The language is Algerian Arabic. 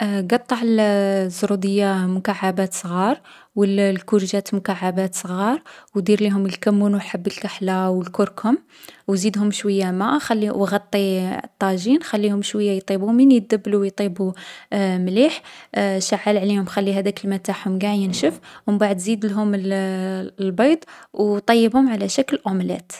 قطّع الـ الزرودية مكعّبات صغار. و الـ الكورجات مكعّبات صغار. و دير ليهم الكمّون و الحبة الكحلة و الكركم. و زيدهم شوية ما، خلي و غطي الطاجين. خلّيهم شوية يطيبو، من يدبلو و يطيبو مليح، شعّل عليهم عليهم خّي هاذاك الما تاعهم قاع ينشف. و مبعد زيدلهم الـ البيض و طيّبهم على شكل أوملات.